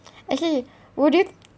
actually would you